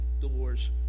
doors